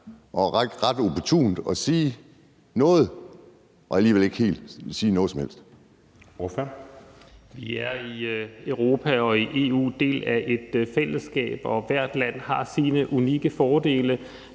og ret opportunt at sige noget og alligevel ikke helt sige noget som helst?